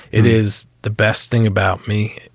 it is the best thing about me.